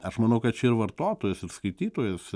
aš manau kad čia ir vartotojas ir skaitytojas